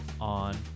on